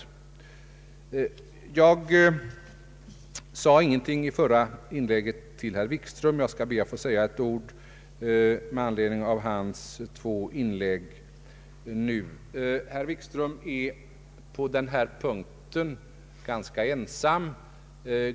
I mitt förra inlägg sade jag ingenting till herr Wikström. Jag skall be att få säga några ord med anledning av hans två inlägg. Herr Wikström är ganska ensam på denna punkt.